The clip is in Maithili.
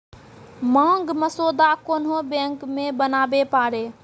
मांग मसौदा कोन्हो बैंक मे बनाबै पारै